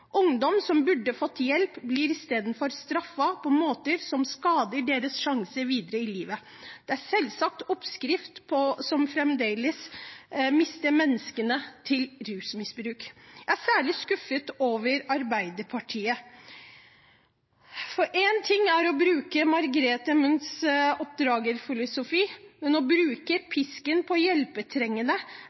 Ungdom som burde fått hjelp, blir istedenfor straffet på måter som skader deres sjanser videre i livet. Det er selve oppskriften på å fremdeles miste mennesker til rusmisbruk. Jeg er særlig skuffet over Arbeiderpartiet. Én ting er å bruke Margrethe Munthes oppdragerfilosofi, men å bruke pisken på hjelpetrengende